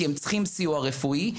כי הם צריכים סיוע רפואי,